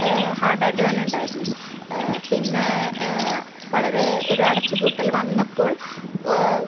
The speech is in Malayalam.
ഹാഡായിട്ടു തന്നെ ഉണ്ടായിരുന്നു പിന്നേ വളരേ ഒരു അടച്ചുപൂട്ടൽ വന്നപ്പോൾ